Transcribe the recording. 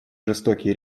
жестокие